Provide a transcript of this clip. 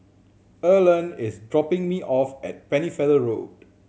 Earlean is dropping me off at Pennefather Road